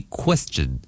question